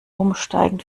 umsteigen